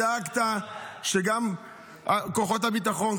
דאגת שגם כוחות הביטחון,